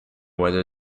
whether